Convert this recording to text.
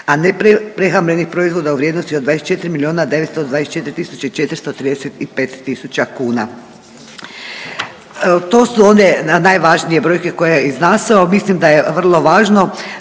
a neprehrambenih proizvoda u vrijednosti od 24 milijuna 924 tisuće i 435 tisuća kuna. To su one najvažnije brojke koje je iznaseo mislim da je vrlo važno